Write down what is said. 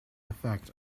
effect